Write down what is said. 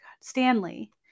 Stanley